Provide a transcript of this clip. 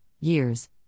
years